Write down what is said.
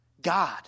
God